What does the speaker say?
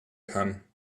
kann